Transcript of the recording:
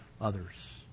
others